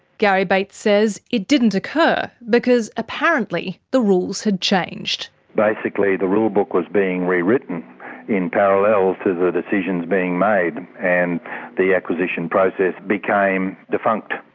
garry bates says it didn't occur because apparently the rules had changed. basically the rule book was being rewritten in parallel to the decisions being made, and the acquisition process became defunct.